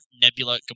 Nebula